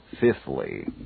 Fifthly